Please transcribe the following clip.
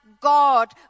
God